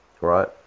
right